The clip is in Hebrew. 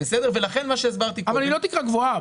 אבל היא לא תקרה גבוהה.